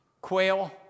quail